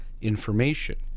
information